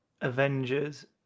Avengers